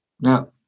now